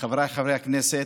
חבריי חברי הכנסת,